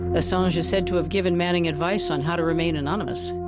assange is said to have given manning advice on how to remain anonymous.